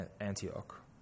Antioch